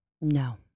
No